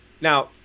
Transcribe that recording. Now